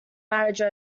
marriage